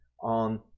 on